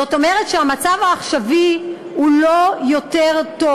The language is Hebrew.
זאת אומרת שהמצב העכשווי הוא לא יותר טוב.